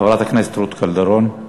חברת הכנסת רות קלדרון.